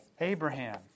Abraham